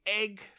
egg